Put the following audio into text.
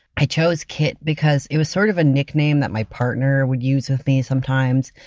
i chose kit because it was sort of a nickname that my partner would use with me sometimes.